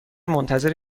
منتظر